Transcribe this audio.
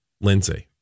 Lindsay